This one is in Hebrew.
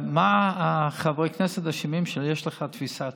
מה חברי הכנסת אשמים שיש לך תפיסה טובה?